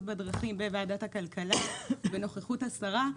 בדרכים בוועדת הכלכלה בנוכחות השרה,